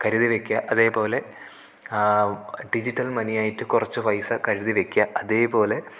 കരുതി വെക്കുക അതേപോലെ ഡിജിറ്റൽ മണിയായിട്ട് കുറച്ചു പൈസ കരുതിവെക്കുക അതേപോലെ